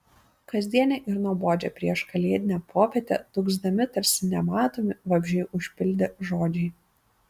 kasdienę ir nuobodžią prieškalėdinę popietę dūgzdami tarsi nematomi vabzdžiai užpildė žodžiai